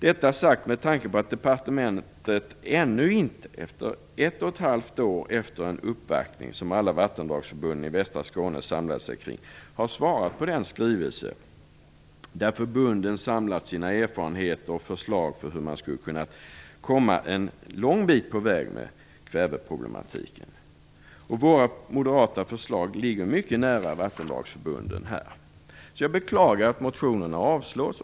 Detta sagt med tanke på att departementet ännu inte, ett och ett halvt år efter en uppvaktning som alla vattendragsförbund i västra Skåne samlade sig kring, har svarat på den skrivelse i vilken förbunden samlat sina erfarenheter av och förslag till hur man skulle kunna komma en lång bit på väg med kväveproblematiken. Våra moderata förslag ligger här mycket nära vattendragsförbundens. Jag beklagar att motionerna avslås.